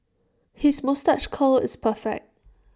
his moustache curl is perfect